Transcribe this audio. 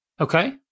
Okay